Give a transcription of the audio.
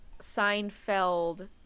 Seinfeld